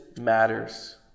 matters